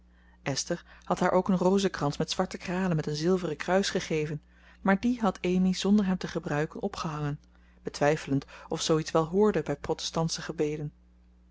esther had haar ook een rozenkrans van zwarte kralen met een zilveren kruis gegeven maar die had amy zonder hem te gebruiken opgehangen betwijfelend of zoo iets wel hoorde bij protestantsche gebeden